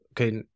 okay